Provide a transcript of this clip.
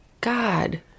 God